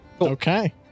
Okay